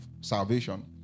salvation